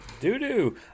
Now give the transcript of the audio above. doo-doo